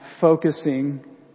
focusing